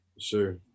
Sure